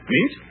Meet